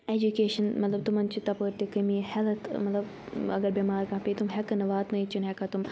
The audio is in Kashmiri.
ایٚجوکیشَن مطلب تٕمَن چھِ تَپٲرۍ تہِ کٔمی ہیلٕتھ مَطلَب اگر بٮ۪مار کانٛہہ پیٚیہِ تٕم ہیٚکہٕ نہٕ واتنٲیِتھ چھِنہٕ ہیٚکان تِم